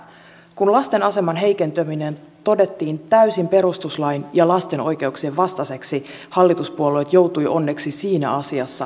kun lasten aseman heikentyminen todettiin täysin perustuslain ja lasten oikeuksien vastaiseksi hallituspuolueet joutuivat onneksi siinä asiassa perääntymään